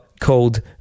called